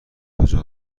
کجا